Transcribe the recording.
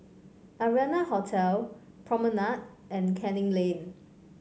Arianna Hotel Promenade and Canning Lane